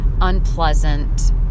unpleasant